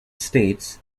states